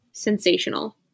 sensational